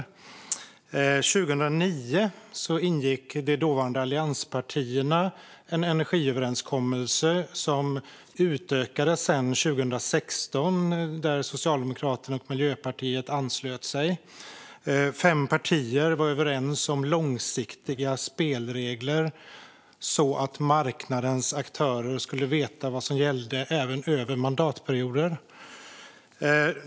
År 2009 ingick de dåvarande allianspartierna en energiöverenskommelse som sedan utökades 2016 när Socialdemokraterna och Miljöpartiet anslöt sig. Fem partier var överens om långsiktiga spelregler så att marknadens aktörer skulle veta vad som gällde även över mandatperioder.